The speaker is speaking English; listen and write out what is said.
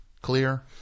Clear